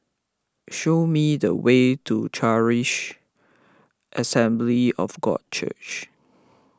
show me the way to Charis Assembly of God Church